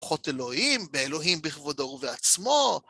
כוחות אלוהים, באלוהים בכבודו ובעצמו!